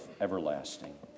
everlasting